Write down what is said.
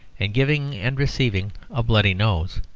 and giving and receiving a bloody nose